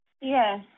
Yes